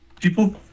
People